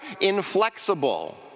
inflexible